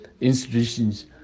institutions